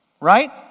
Right